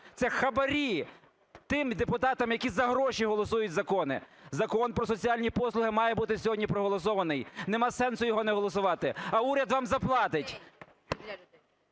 Це хабарі тим депутатам, які за гроші голосують закони! Закон про соціальні послуги має бути сьогодні проголосований. Нема сенсу його не голосувати. А уряд вам заплатить.